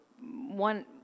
one